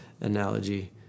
analogy